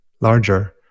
larger